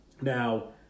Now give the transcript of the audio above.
Now